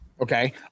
okay